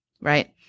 Right